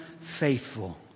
faithful